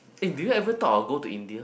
eh did you ever thought of going India